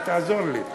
תעזור לי.